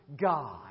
God